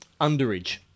Underage